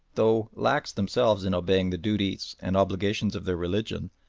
though lax themselves in obeying the duties and obligations of their religion,